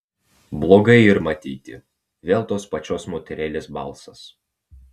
blogai yr matyti vėl tos pačios moterėlės balsas